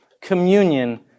communion